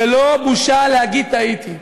זו לא בושה להגיד "טעיתי".